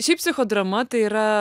šiaip psichodrama tai yra